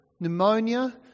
pneumonia